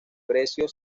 precio